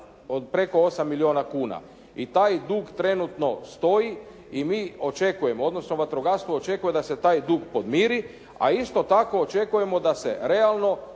preko 8 milijuna kuna i taj dug trenutno stoji i mi očekujemo, odnosno vatrogastvo očekuje da se taj dug podmiri a isto tako očekujemo da se realno